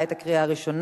(שינוי מרכיב ההעמסה בתעריף הביטוח),